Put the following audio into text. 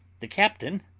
the captain,